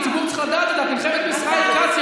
הציבור צריך לדעת, את נלחמת בישראל כץ,